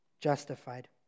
justified